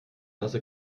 nasse